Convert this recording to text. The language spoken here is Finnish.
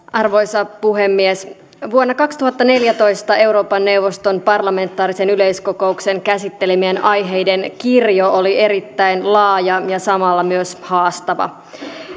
arvoisa puhemies vuonna kaksituhattaneljätoista euroopan neuvoston parlamentaarisen yleiskokouksen käsittelemien aiheiden kirjo oli erittäin laaja ja samalla myös haastava